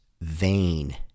vain